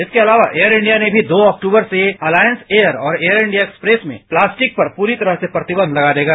इसके अलावा Air India ने भी दो अक्टूबर से अलायंस एयर और एयर इंडिया एक्सप्रेस में प्लास्टिक पर पूरी तरह प्रतिबंध लगा देगा